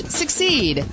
succeed